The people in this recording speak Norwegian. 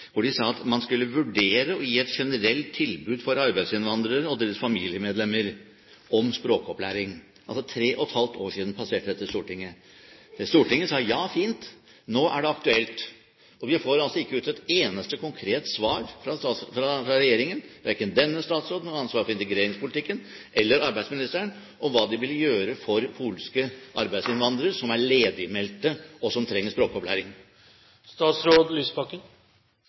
hvor de sa at man skulle vurdere å gi et generelt tilbud for arbeidsinnvandrere og deres familiemedlemmer om språkopplæring. Altså for 3 år siden passerte dette Stortinget. Stortinget sa ja, fint. Nå er det aktuelt. Vi får altså ikke ut ett eneste konkret svar fra regjeringen, verken fra denne statsråden, som har ansvaret for integreringspolitikken, eller fra arbeidsministeren, om hva de vil gjøre for polske arbeidsinnvandrere som er ledigmeldte, og som trenger